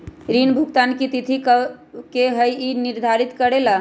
ऋण भुगतान की तिथि कव के होई इ के निर्धारित करेला?